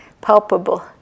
palpable